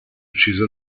uccise